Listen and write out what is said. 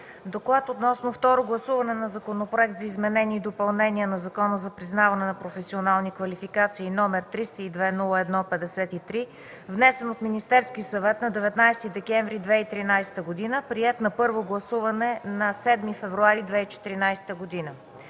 „Доклад относно второ гласуване на Законопроект за изменение и допълнение на Закона за признаване на професионални квалификации № 302-01-53, внесен от Министерския съвет на 19 декември 2013 г., приет на първо гласуване на 7 февруари 2014 г.